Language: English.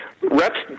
Reps